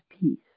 peace